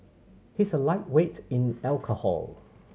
he is a lightweight in alcohol